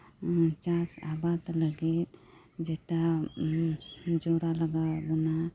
ᱪᱟᱥ ᱟᱵᱟᱫ ᱞᱟᱹᱜᱤᱫ ᱡᱮᱴᱟ ᱡᱚᱨᱟ ᱞᱟᱜᱟᱣ ᱟᱵᱩᱱᱟ